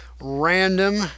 random